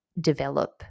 develop